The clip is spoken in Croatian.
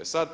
E sad,